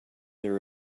there